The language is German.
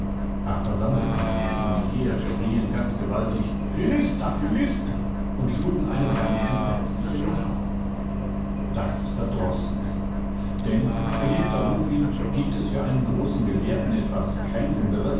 da versammelten sie sich um mich her schrien ganz gewaltig philister philister und schlugen eine entsetzliche lache auf das verdroß mich denn geliebter rufin gibt es für einen großen gelehrten etwas kränkenderes